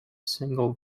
single